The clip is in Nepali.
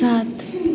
सात